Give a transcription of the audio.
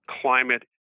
climate